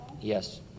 Yes